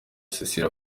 cecile